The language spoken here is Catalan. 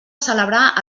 celebrar